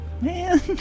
Man